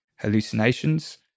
hallucinations